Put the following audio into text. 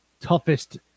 toughest